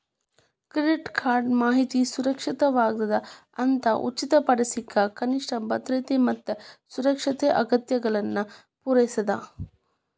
credit card ಮಾಹಿತಿ ಸುರಕ್ಷಿತವಾಗ್ಯದ ಅಂತ ಖಚಿತಪಡಿಸಕ ಕನಿಷ್ಠ ಭದ್ರತೆ ಮತ್ತ ಸುರಕ್ಷತೆ ಅಗತ್ಯತೆಗಳನ್ನ ಪೂರೈಸ್ತದ